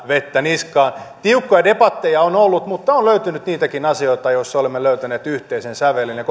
vettä niskaan tiukkoja debatteja on ollut mutta on löytynyt niitäkin asioita joissa olemme löytäneet yhteisen sävelen ja